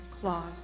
cloth